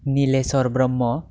Nileshwar Brahma